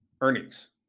earnings